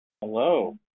Hello